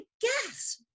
gas